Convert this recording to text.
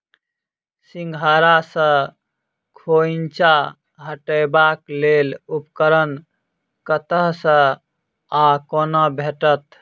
सिंघाड़ा सऽ खोइंचा हटेबाक लेल उपकरण कतह सऽ आ कोना भेटत?